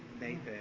Nathan